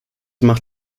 macht